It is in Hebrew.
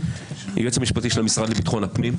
היועץ המשפטי של המשרד לביטחון פנים,